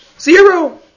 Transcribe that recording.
Zero